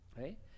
right